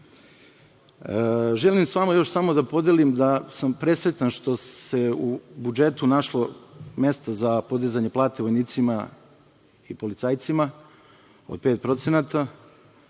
pravu. Želim s vama još samo da podelim da sam presrećan što se u budžetu našlo mesta za podizanje plata vojnicima i policajcima, od 5% i ne